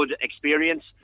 experience